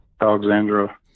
Alexandra